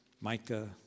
Micah